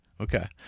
Okay